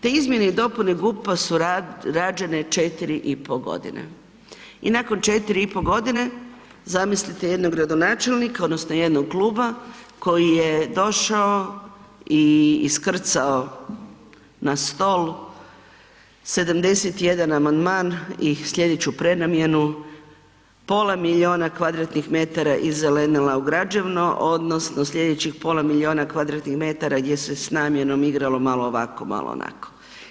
Te izmjene i dopune GUP-a su rađene 4,5.g. i nakon 4,5.g. zamislite jednog gradonačelnika odnosno jednog kluba koji je došao i iskrcao na stol 71 amandman i slijedeću prenamjenu pola milijuna kvadratnih metara i zelenila u građevno odnosno slijedećih pola milijuna kvadratnih metara gdje se s namjenom igralo malo ovako, malo onako.